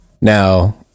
Now